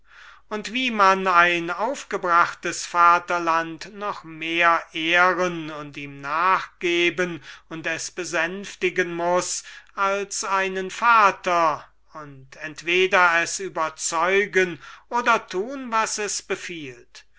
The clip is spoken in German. und wie man ein aufgebrachtes vaterland noch mehr ehren und ihm nachgeben und es besänftigen muß als einen vater und entweder es überzeugen oder tun was es befiehlt